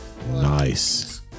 Nice